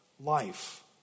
life